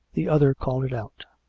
the other called it out.